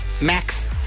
Max